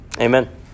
Amen